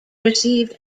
received